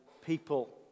people